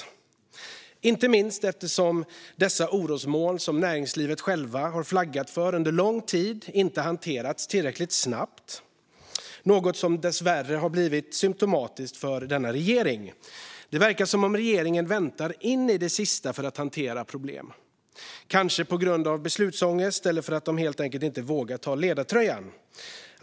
Detta gäller inte minst eftersom de orosmoln som näringslivet självt flaggat för under lång tid inte har hanterats tillräckligt snabbt. Dessvärre har det blivit symtomatiskt för denna regering. Det verkar som om regeringen väntar in i det sista med att hantera problemen, kanske på grund av beslutsångest eller för att man helt enkelt inte vågar ta ledartröjan.